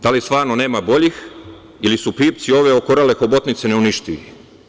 Da li stvarno nema boljih ili su u pipci ove okorele hobotnice neuništivi?